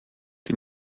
die